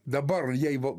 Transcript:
dabar jei va